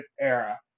Era